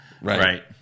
Right